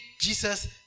Jesus